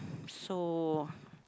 so